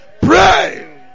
Pray